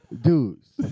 Dudes